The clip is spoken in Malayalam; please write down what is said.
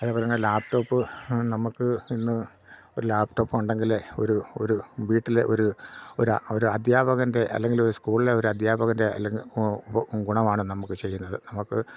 അതേപോലെ തന്നെ ലാപ്ടോപ്പ് നമുക്ക് ഇന്ന് ഒരു ലാപ്ടോപ്പ് ഉണ്ടെങ്കിൽ ഒരു ഒരു വീട്ടിലെ ഒരു ഒരു അധ്യാപകൻ്റെ അല്ലെങ്കിൽ ഒരു സ്കൂളിലെ ഒരു അധ്യാപകൻ്റെ അല്ലെങ്കിൽ ഗുണമാണ് നമുക്ക് ചെയ്യുന്നത് നമുക്ക്